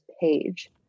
page